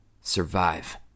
survive